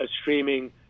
streaming